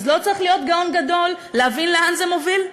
אז לא צריך להיות גאון להבין לאן זה מוביל,